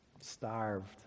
starved